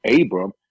Abram